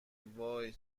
وای